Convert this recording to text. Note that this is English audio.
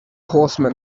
horsemen